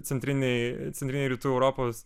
centrinei centrinei rytų europos